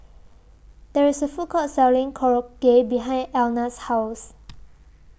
There IS A Food Court Selling Korokke behind Elna's House